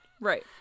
Right